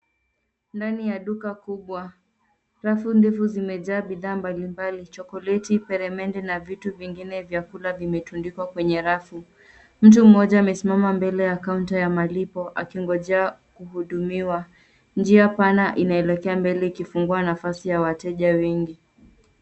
Ndani ya duka kubwa, rafu ndefu zimejaa bidhaa mbalimbali. Chokoleti, peremende na vitu vingine vya kula vimetundikwa kwenye rafu. Mtu mmoja amesimama mbele ya kaunta ya malipo akingojea kuhudumiwa. Njia pana inaelekea mbele ikifungua nafasi ya wateja wengi.